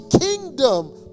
kingdom